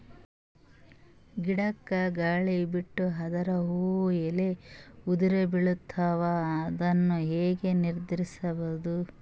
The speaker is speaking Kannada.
ಗಿಡಕ, ಗಾಳಿ ಬಿಟ್ಟು ಅದರ ಹೂವ ಎಲ್ಲಾ ಉದುರಿಬೀಳತಾವ, ಅದನ್ ಹೆಂಗ ನಿಂದರಸದು?